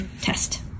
test